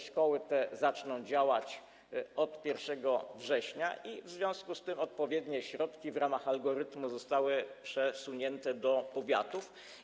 Szkoły te zaczną działać od 1 września, w związku z tym odpowiednie środki w ramach algorytmu zostały przesunięte do powiatów.